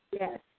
Yes